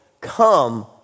Come